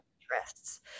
interests